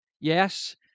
Yes